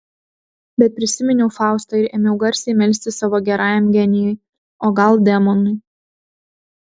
bet prisiminiau faustą ir ėmiau garsiai melstis savo gerajam genijui o gal demonui